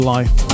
Life